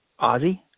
Ozzy